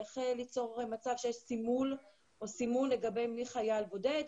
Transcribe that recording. איך ליצור מצב של סימול לגבי מי חייל בודד,